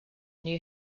new